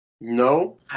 No